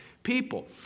people